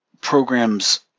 programs